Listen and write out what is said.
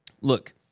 Look